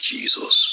Jesus